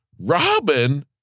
Robin